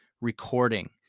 recording